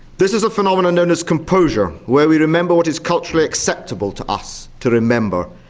this is a phenomenon known as composure, where we remember what is culturally acceptable to us to remember.